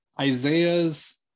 Isaiah's